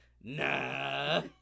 nah